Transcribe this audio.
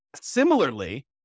Similarly